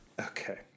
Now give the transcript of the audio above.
Okay